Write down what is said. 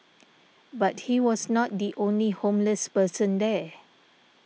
but he was not the only homeless person there